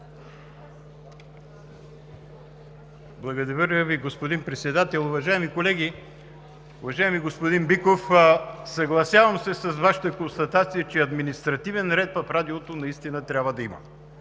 Благодаря Ви, господин Председател. Уважаеми колеги! Уважаеми господин Биков, съгласявам се с Вашите констатации, че административен ред в Радиото наистина трябва да има.